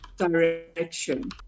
Direction